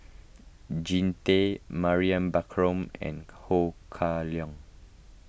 Jean Tay Mariam Baharom and Ho Kah Leong